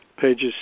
pages